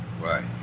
Right